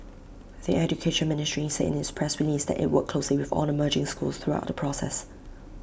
the Education Ministry said in its press release that IT worked closely with all the merging schools throughout the process